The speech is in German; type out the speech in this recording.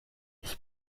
ich